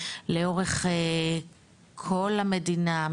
לאורך כל המדינה,